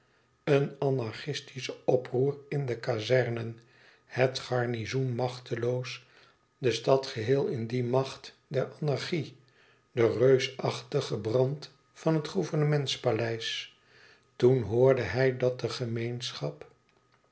een anarchistisch oproer in de kazernen het garnizoen machteloos de stad geheel in die macht der anarchie de reusachtige brand van het gouvernements paleis toen hoorde hij dat de gemeenschap